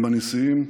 עם הנשיאים,